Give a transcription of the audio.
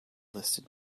listed